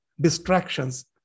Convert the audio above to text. distractions